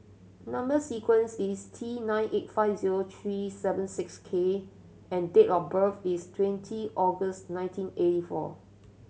number sequence is T nine eight five zero three seven six K and date of birth is twenty August nineteen eighty four